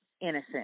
innocent